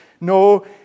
No